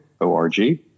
O-R-G